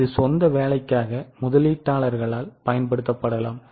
இது சொந்த வேலைக்காக முதலீட்டாளர்களால் பயன்படுத்தப்படலாம்